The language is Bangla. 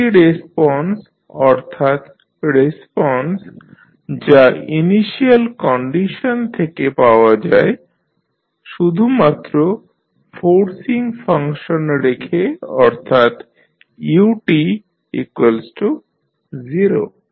ফ্রি রেসপন্স অর্থাৎ রেসপন্স যা ইনিশিয়াল কন্ডিশন থেকে পাওয়া যায় শুধুমাত্র ফোর্সিং ফাংশন রেখে অর্থাৎ u0